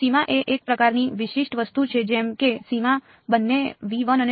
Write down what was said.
સીમા એ એક પ્રકારની વિશિષ્ટ વસ્તુ છે જેમ કે સીમા બંને અને